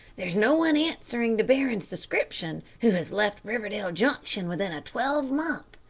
there's no one answering to barron's description who has left riverdale junction within a twelvemonth.